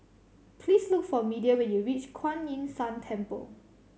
please look for Media when you reach Kuan Yin San Temple